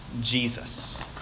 Jesus